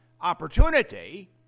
opportunity